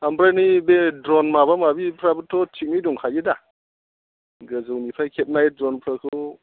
ओमफ्राय नैबे द्र'न माबा माबिफ्राबोथ' थिगैनो दंखायो दा गोजौनिफ्राय खेबनाय द्र'नफोरखौ